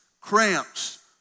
cramps